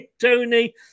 Tony